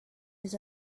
his